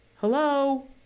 hello